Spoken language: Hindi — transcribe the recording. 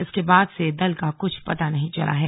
इसके बाद से दल को कुछ पता नहीं चला है